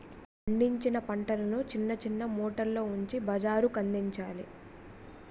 పండించిన పంటలను సిన్న సిన్న మూటల్లో ఉంచి బజారుకందించాలి